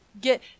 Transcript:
get